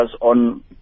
on